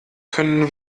können